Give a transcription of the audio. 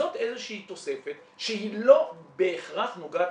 זאת איזושהי תוספת שהיא לא בהכרח נוגעת